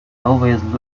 always